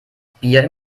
bier